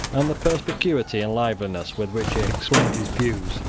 and the perspicuity and liveliness with which he explained his views,